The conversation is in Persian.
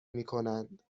میکنند